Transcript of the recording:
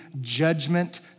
judgment